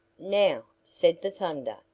now, said the thunder,